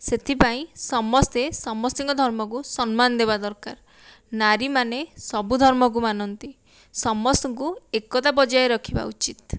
ସେଥିପାଇଁ ସମସ୍ତେ ସମସ୍ତଙ୍କ ଧର୍ମକୁ ସମ୍ମାନ ଦେବା ଦରକାର ନାରୀମାନେ ସବୁ ଧର୍ମକୁ ମାନନ୍ତି ସମସ୍ତଙ୍କୁ ଏକତା ବଜାୟ ରଖିବା ଉଚିତ୍